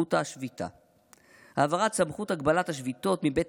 זכות השביתה, העברת סמכות הגבלת השביתות מבית